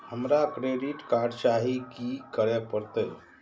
हमरा credit card चाही की करे परतै?